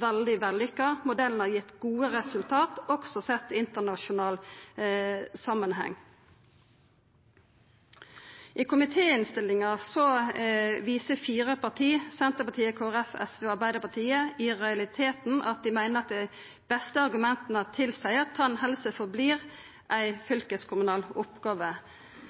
veldig vellykka. Modellen har gitt gode resultat, også sett i internasjonal samanheng. I komitéinnstillinga viser fire parti, Senterpartiet, Kristeleg Folkeparti, SV og Arbeidarpartiet, i realiteten at dei meiner at dei beste argumenta tilseier at tannhelse vert verande som ei